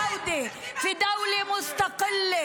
(אומרת בערבית:) רדי מהדוכן.